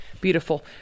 Beautiful